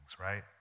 right